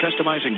customizing